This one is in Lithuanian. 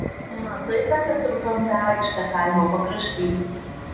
matai tą keturkampę aikštę kaimo pakrašty